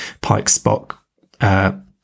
Pike-Spock